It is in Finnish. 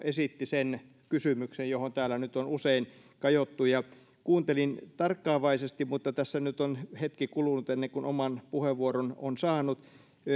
keskustelun esitti sen kysymyksen johon täällä nyt on usein kajottu kuuntelin tarkkaavaisesti mutta tässä nyt on hetki kulunut ennen kuin oman puheenvuoron on saanut